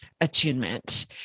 attunement